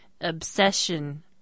obsession